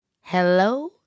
hello